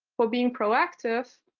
for being proactive,